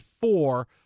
four